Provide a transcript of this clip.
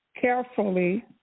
carefully